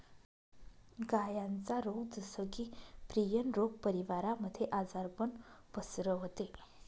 गायांचा रोग जस की, प्रियन रोग परिवारामध्ये आजारपण पसरवते